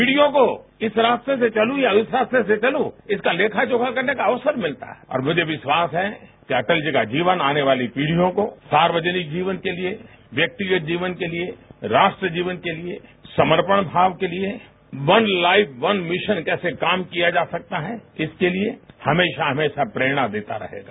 पीढ़ियों को इस रास्ते से चलूं या उस रास्ते से चलूं इसका लेखा जोखा करने का अवसर मिलता है और मुझे विश्वास है कि अटल जी का जीवन आने वाली पीढ़ियों को सार्वजनिक जीवन के लिए व्यक्ति के जीवन के लिए राष्ट्र जीवन के लिए समर्पण भाव के लिए वन लाइफ वन मिशन कैसे काम किया जा सकता है इसके लिए हमेशा हमेशा प्रेरणा देता रहेगा